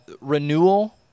Renewal